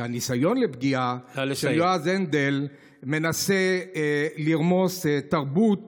הניסיון לפגיעה שיועז הנדל מנסה לרמוס תרבות